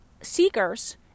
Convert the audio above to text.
seekers